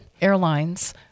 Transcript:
airlines